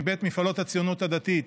מבית מפעלות הציונות הדתית,